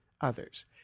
others